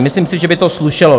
Myslím si, že by to slušelo.